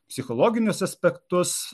psichologinius aspektus